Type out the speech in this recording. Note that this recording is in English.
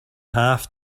half